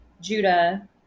Judah